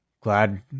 glad